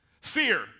Fear